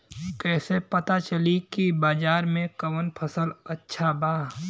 कैसे पता चली की बाजार में कवन फसल अच्छा बा?